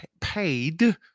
paid